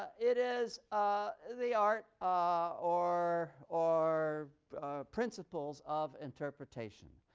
ah it is ah the art ah or or principles of interpretation.